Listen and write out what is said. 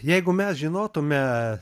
jeigu mes žinotume